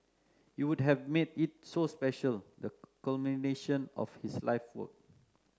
it would have made it so special the culmination of his life work